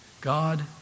God